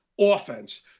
offense